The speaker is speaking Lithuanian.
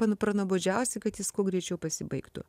pa pranuobodžiausi kad jis kuo greičiau pasibaigtų